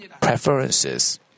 preferences